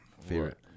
favorite